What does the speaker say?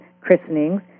christenings